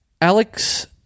Alex